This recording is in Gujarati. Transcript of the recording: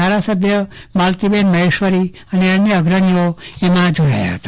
ધારાસભ્ય માલતીબેન મહેશ્વરી અને અન્ય અગર્ણીઓ જોડાયા હતા